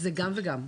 גם וגם.